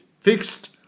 fixed